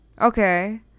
Okay